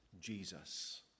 Jesus